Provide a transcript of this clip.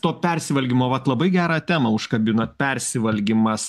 to persivalgymo vat labai gerą temą užkabinot persivalgymas